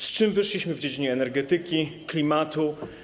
Z czym wyszliśmy w dziedzinie energetyki, klimatu?